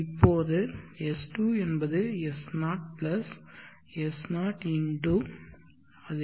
இப்போது S2 என்பது S0 S0 x